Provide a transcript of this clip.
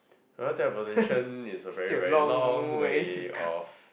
you know celebration is a very very long way of